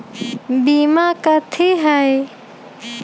बीमा कथी है?